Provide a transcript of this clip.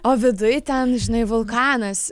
o viduj ten žinai vulkanas